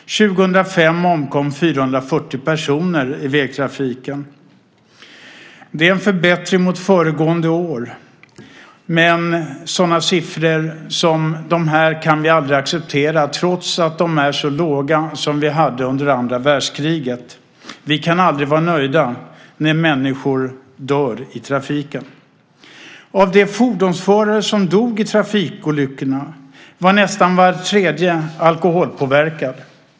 2005 omkom 440 personer i vägtrafiken. Det är en förbättring mot föregående år. Men siffror som dessa kan vi aldrig acceptera trots att de är så låga som dem vi hade under andra världskriget. Vi kan aldrig vara nöjda när människor dör i trafiken. Av de fordonsförare som dog i trafikolyckorna var nästan var tredje alkoholpåverkad.